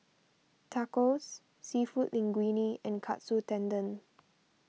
Tacos Seafood Linguine and Katsu Tendon